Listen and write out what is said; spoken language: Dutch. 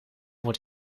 wordt